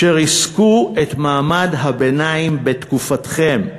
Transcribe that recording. שריסקו את מעמד הביניים בתקופתכם,